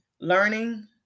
learning